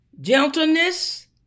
gentleness